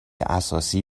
اساسی